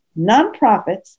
nonprofits